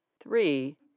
Three